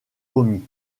commis